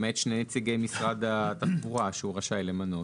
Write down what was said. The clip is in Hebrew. למעט שני נציגי משרד התחבורה שהוא רשאי למנות.